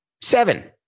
Seven